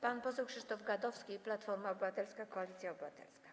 Pan poseł Krzysztof Gadowski, Platforma Obywatelska - Koalicja Obywatelska.